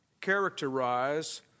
characterize